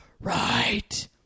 Right